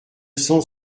cent